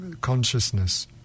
consciousness